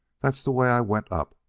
that's the way i went up,